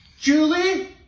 Julie